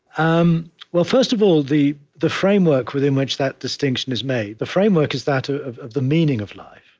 um well, first of all, the the framework within which that distinction is made the framework is that ah of of the meaning of life.